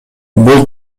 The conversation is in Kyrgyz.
бул